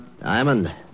Diamond